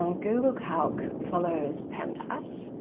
um google calc follows pemdas,